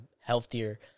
healthier